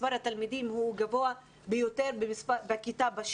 מספר התלמידים גבוה ביותר בכיתות.